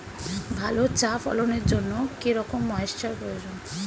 ভালো চা ফলনের জন্য কেরম ময়স্চার প্রয়োজন?